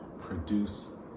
produce